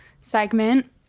segment